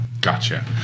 gotcha